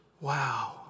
Wow